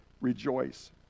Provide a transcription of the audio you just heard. rejoice